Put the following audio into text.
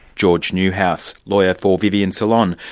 george newhouse, lawyer for vivian solon,